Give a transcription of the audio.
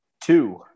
Two